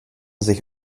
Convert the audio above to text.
sich